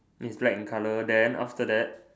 in black in color then after that